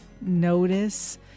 notice